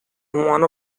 one